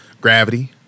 Gravity